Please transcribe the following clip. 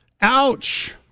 Ouch